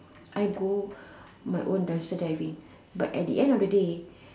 I go my own dumpster diving but at the end of the day